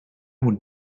would